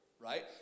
right